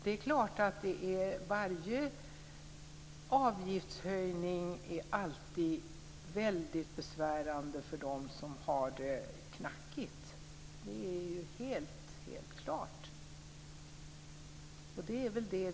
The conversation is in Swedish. Det är klart att varje avgiftshöjning alltid är väldigt besvärande för dem som har det knackigt. Det är helt klart.